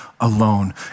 alone